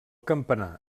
campanar